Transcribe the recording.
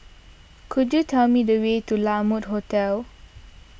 could you tell me the way to La Mode Hotel